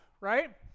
right